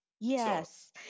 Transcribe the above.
Yes